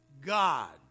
God